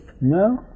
No